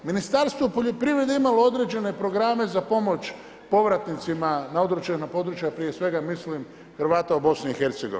Ministarstvo poljoprivrede imalo je određene programe za pomoć povratnicima na određena područja, prije svega mislim Hrvata u BIH.